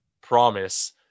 promise